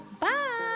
Bye